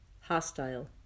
hostile